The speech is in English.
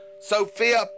Sophia